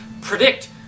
predict